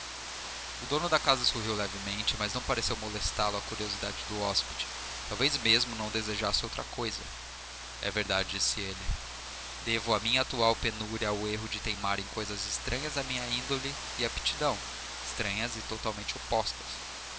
o dono da casa sorriu levemente mas não pareceu molestá lo a curiosidade do hóspede talvez mesmo não desejasse outra causa é verdade disse ele devo a minha atual penúria ao erro de teimar em coisas estranhas à minha índole e aptidão estranhas e totalmente opostas